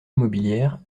immobilière